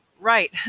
Right